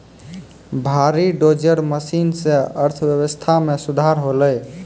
भारी dozer machine सें अर्थव्यवस्था मे सुधार होलय